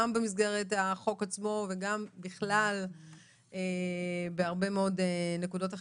במסגרת החוק עצמו וגם בכלל בהרבה מאוד נקודות אחרות.